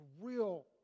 real